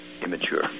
immature